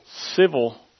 civil